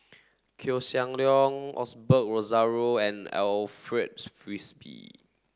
Koeh Sia Yong Osbert Rozario and Alfred Frisby